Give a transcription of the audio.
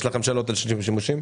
יש לכם שאלות לגבי השימושים?